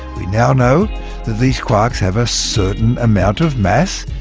we now know that these quarks have a certain amount of mass.